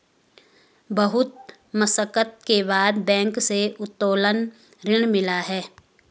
बहुत मशक्कत के बाद बैंक से उत्तोलन ऋण मिला है